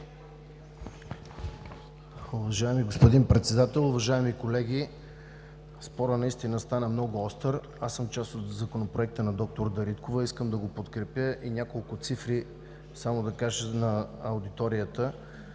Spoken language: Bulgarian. Уважаеми господин Председател, уважаеми колеги! Спорът наистина стана много остър. Аз съм част от законопроекта на д-р Дариткова. Искам да го подкрепя и да кажа само няколко цифри на аудиторията.